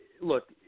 Look